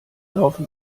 laufen